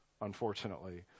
Unfortunately